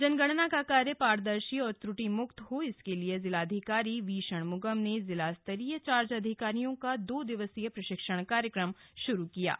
जनणना का कार्य पारदर्शी और त्रुटिमुक्त हो इसके लिए जिलाधिकारी वीषणमुगम ने जिलास्तरीय चार्ज अधिकारियों का दो दिवसीय प्रशिक्षण कार्यक्रम शुरू किया है